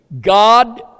god